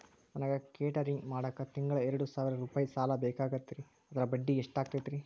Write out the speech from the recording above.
ನನಗ ಕೇಟರಿಂಗ್ ಮಾಡಾಕ್ ತಿಂಗಳಾ ಎರಡು ಸಾವಿರ ರೂಪಾಯಿ ಸಾಲ ಬೇಕಾಗೈತರಿ ಅದರ ಬಡ್ಡಿ ಎಷ್ಟ ಆಗತೈತ್ರಿ?